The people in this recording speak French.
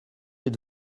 êtes